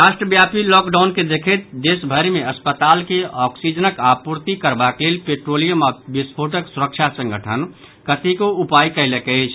राष्ट्रव्यापी लॉकडाउन के देखैत देशभरि मे अस्पताल के ऑक्सीजनक आपूर्ति करबाक लेल पेट्रोलियम आ बिस्फोटक सुरक्षा संगठन कतेको उपाय कयलक अछि